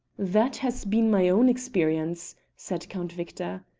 that has been my own experience, said count victor.